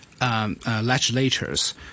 legislators